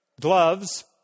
gloves